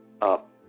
up